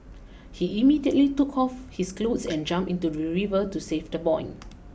he immediately took off his clothes and jumped into the river to save the boy